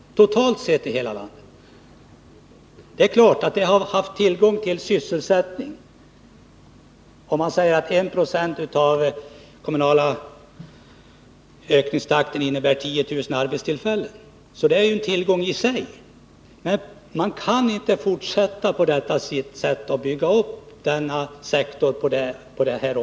Visst har man haft tillgång till sysselsättning — en ökningstakt om 1 96 inom den kommunala sektorn motsvarar 10 000 arbetstillfällen, vilket är en tillgång i sig — men man kan inte fortsätta att bygga ut sysselsättningen på detta sätt inom denna sektor.